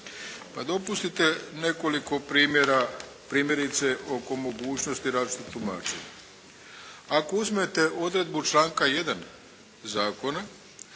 Pa dopustite nekoliko primjera primjerice oko mogućnosti različitog tumačenja. Ako uzmete odredbu članka 1. zakona